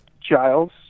Giles